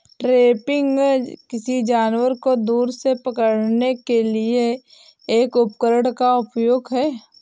trapping, किसी जानवर को दूर से पकड़ने के लिए एक उपकरण का उपयोग है